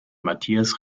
matthias